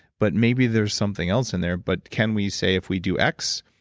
but maybe there's something else in there. but can we say, if we do x,